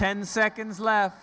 ten seconds left